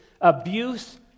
abuse